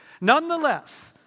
Nonetheless